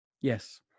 Yes